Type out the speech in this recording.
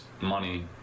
money